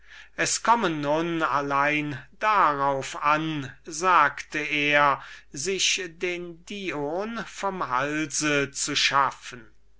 es komme nun allein darauf an sich den dion vom halse zu schaffen